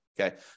Okay